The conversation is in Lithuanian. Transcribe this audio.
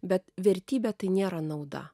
bet vertybė tai nėra nauda